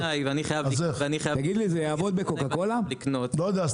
אם אני קמעונאי ואני חייב לקנות --- זה יעבוד בקוקה קולה?